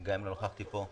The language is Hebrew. גם אם לא נכחתי פה.